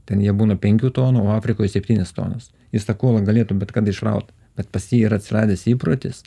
ten jie būna penkių tonų o afrikoj septynios tonos jis tą kuolą galėtų bet kada išraut bet pas jį yra atsiradęs įprotis